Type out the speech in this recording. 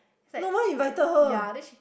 no why invited her